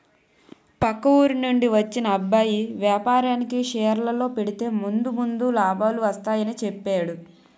పక్క ఊరి నుండి వచ్చిన అబ్బాయి వేపారానికి షేర్లలో పెడితే ముందు ముందు లాభాలు వస్తాయని చెప్పేడు